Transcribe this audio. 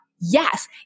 yes